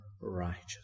righteous